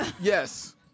Yes